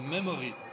Memory